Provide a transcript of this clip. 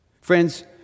Friends